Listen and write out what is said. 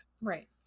right